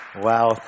Wow